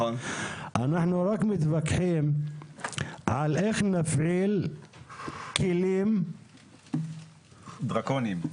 אנחנו רק מתווכחים על איך נפעיל כלים -- דרקוניים.